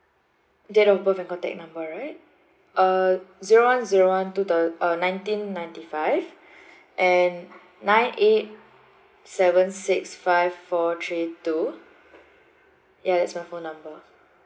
date of birth and contact number right uh zero one zero one two thou~ uh nineteen ninety five and nine eight seven six five four three two ya that's my phone number